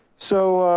so,